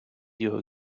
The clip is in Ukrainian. його